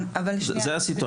אני מבקש לסיים.